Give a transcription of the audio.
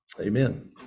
Amen